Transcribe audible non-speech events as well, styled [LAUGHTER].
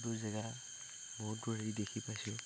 [UNINTELLIGIBLE]